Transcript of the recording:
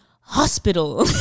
hospital